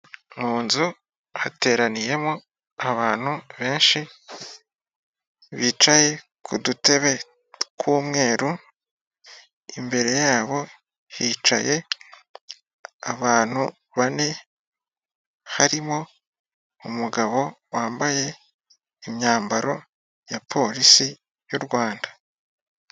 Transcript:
Mu nzu hateraniyemo abantu benshi bicaye ku dutebe tw'umweru, imbere yabo hicaye abantu bane harimo umugabo wambaye imyambaro ya polisi y'u Rwanda.